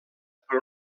per